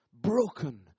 Broken